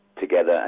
together